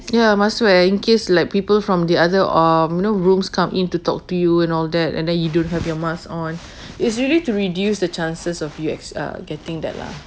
ya must wear in case like people from the other um you know rooms come in to talk to you and all that and then you don't have your mask on it's really to reduce the chances of you ex~ ah getting that lah